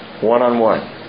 One-on-one